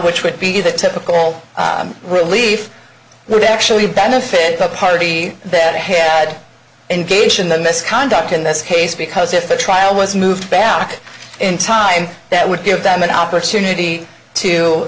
which would be the typical relief would actually benefit the party that had engaged in the misconduct in this case because if the trial was moved back in time that would give them an opportunity to